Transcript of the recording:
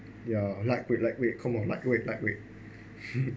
ya lightweight lightweight come on lightweight lightweight